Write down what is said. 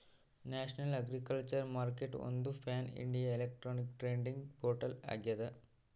national agriculture ಮಾರ್ಕೆಟ್ಒಂದು pan India electronic trading portal ಆಗ್ಯದ